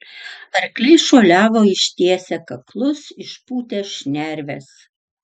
arkliai šuoliavo ištiesę kaklus išpūtę šnerves